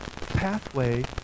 pathway